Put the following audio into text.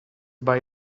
buy